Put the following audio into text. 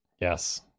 Yes